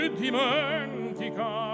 dimentica